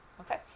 Okay